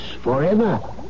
forever